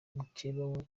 mukeba